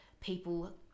people